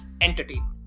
Entertainment